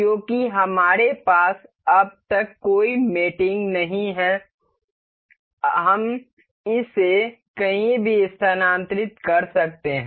क्योंकि हमारे पास अब तक कोई मैटिंग नहीं है हम इसे कहीं भी स्थानांतरित कर सकते हैं